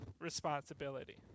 responsibility